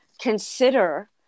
consider